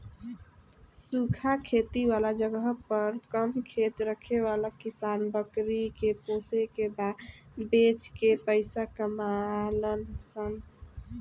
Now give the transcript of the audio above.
सूखा खेती वाला जगह पर कम खेत रखे वाला किसान बकरी के पोसे के आ बेच के पइसा कमालन सन